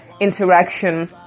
interaction